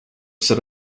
set